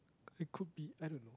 it could be I don't know